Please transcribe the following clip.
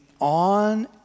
on